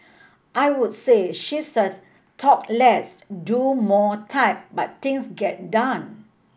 I would say she's a 'talk less do more' type but things get done